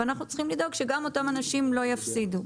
ואנחנו צריכים לדאוג שגם אותם אנשים לא יפסידו.